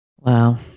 Wow